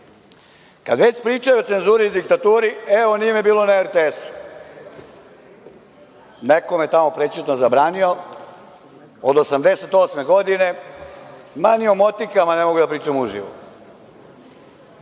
već pričaju o cenzuri i diktaturi, evo, nije me bilo na RTS-u, neko me je tamo prećutno zabranio, od 1988. godine, ni o motikama ne mogu da pričam uživo.